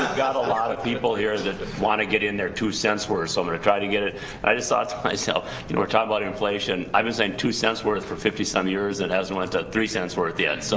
got a lot of people here that want to get in there two cents worth, so i'm gonna try to get it, i just thought to myself you know we're talking about inflation. i've been saying two cents worth for fifty some years, it hasn't went three cents worth yet, so,